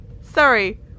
Sorry